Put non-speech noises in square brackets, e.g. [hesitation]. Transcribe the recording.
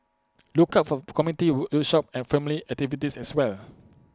look out for community [hesitation] workshops and family activities as well